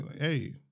hey